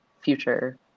future